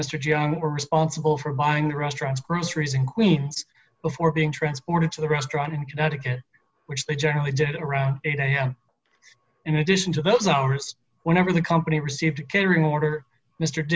mr john are responsible for buying the restaurant groceries in queens before being transported to the restaurant in connecticut which they generally did around in addition to those hours whenever the company received a catering order mr